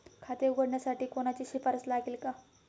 खाते उघडण्यासाठी कोणाची शिफारस लागेल का?